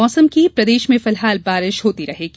मौसम बारिश प्रदेश में फिलहाल बारिश होती रहेगी